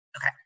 Okay